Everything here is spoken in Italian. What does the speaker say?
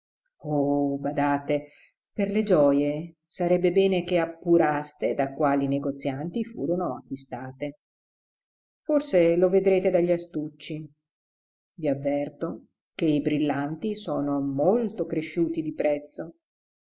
oh badate per le gioje sarebbe bene che appuraste da quali negozianti furono acquistate forse lo vedrete dagli astucci i avverto che i brillanti sono molto cresciuti di prezzo